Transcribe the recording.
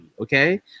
okay